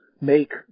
make